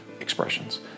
expressions